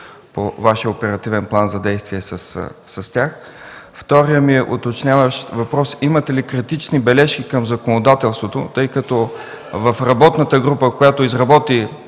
по Вашия оперативен план за действие с тях? Вторият ми уточняващ въпрос е: имате ли критични бележки към законодателството, тъй като в работната група, която изработи